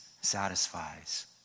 satisfies